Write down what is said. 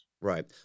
Right